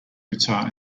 guitar